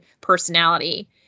personality